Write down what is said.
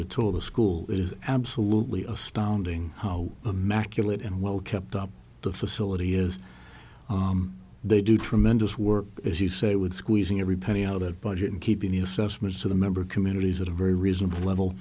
to tour the school it is absolutely astounding how maculata and well kept up the facility is they do tremendous work as you say would squeezing every penny out of that budget and keeping the assessments of the member communities at a very reasonable level